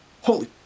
Holy